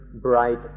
bright